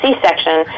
C-section